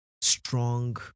strong